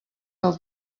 del